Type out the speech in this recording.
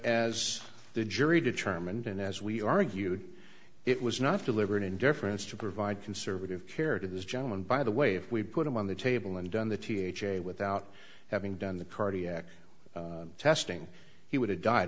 as the jury determined and as we argued it was not deliberate indifference to provide conservative care to this gentleman by the way if we put him on the table and done the th a without having done the cardiac testing he would have died